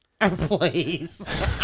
Please